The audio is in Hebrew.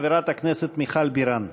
חברת הכנסת מיכל בירן.